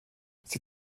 sie